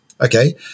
Okay